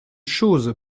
chose